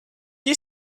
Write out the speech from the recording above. you